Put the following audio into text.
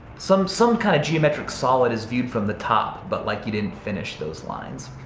some some kind of geometric solid as viewed from the top, but like you didn't finish those lines.